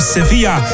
Sevilla